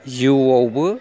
जिउवाबो